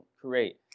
create